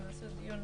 הם עשו דיון